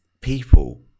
people